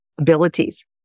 abilities